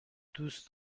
دوست